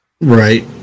right